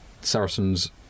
Saracens